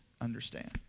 understand